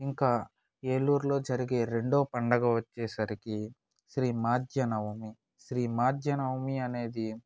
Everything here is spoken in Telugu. ఇంకా ఏలూరు లో జరిగే రెండో పండుగ వచ్చేసరికి శ్రీ మాధ్యనవమి శ్రీ మాధ్యనవమి అనేది